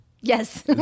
yes